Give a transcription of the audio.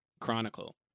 Chronicle